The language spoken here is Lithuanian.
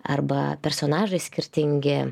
arba personažai skirtingi